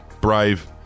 Brave